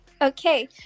okay